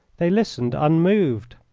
they listened unmoved.